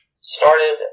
started